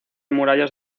murallas